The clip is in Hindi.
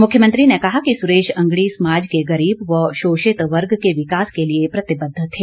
मुख्यमंत्री ने कहा कि सुरेश अंगड़ी समाज के गरीब व शोषित वर्ग के विकास के लिए प्रतिबद्ध थे